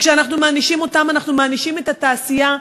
כשאנחנו מענישים אותם אנחנו מענישים את התעשייה,